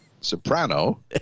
Soprano